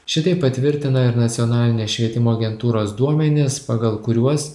šitai patvirtina ir nacionalinės švietimo agentūros duomenys pagal kuriuos